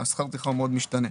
שכר הטרחה מאוד משתנה.